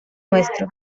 nuestro